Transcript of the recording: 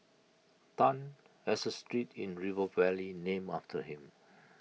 Tan has A street in river valley named after him